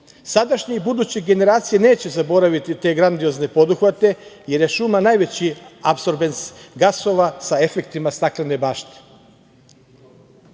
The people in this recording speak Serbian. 27%.Sadašnje i buduće generacije neće zaboraviti te grandiozne poduhvate, jer je šuma najveći apsorbens gasova sa efektima staklene bašte.